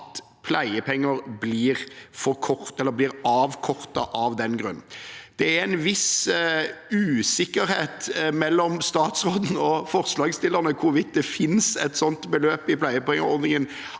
at pleiepenger blir avkortet av den grunn. Det er en viss usikkerhet mellom statsråden og forslagsstillerne om hvorvidt det finnes et sånt beløp i pleiepengeordningen